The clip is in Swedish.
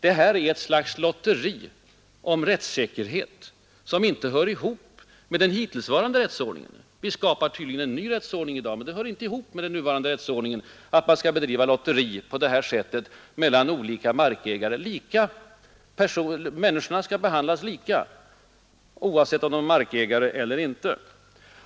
Det är ett slags lotteri om rättssäkerhet som inte hör ihop med den hittillsvarande rättsordningen. Man skall bedriva lotteri på det här sättet mellan olika markägare. Människorna skall behandlas lika, oavsett om de är markägare eller inte.